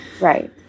Right